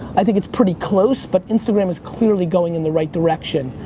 i think it's pretty close but instagram is clearly going in the right direction.